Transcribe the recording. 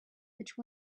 which